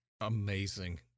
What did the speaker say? Amazing